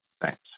Thanks